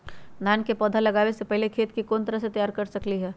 धान के पौधा लगाबे से पहिले खेत के कोन तरह से तैयार कर सकली ह?